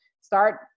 Start